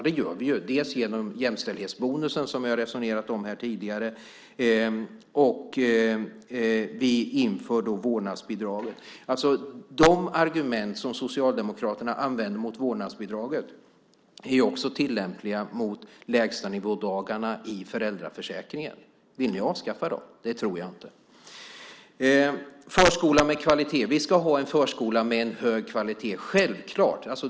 Det gör vi ju, genom jämställdhetsbonusen som vi har resonerat om här tidigare, och vi inför vårdnadsbidraget. De argument som Socialdemokraterna använder mot vårdnadsbidraget är också tillämpliga mot lägsta-nivå-dagarna i föräldraförsäkringen. Vill ni avskaffa dem? Det tror jag inte. Vi ska ha en förskola med en hög kvalitet - självklart.